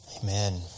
Amen